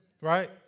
right